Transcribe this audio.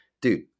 Dude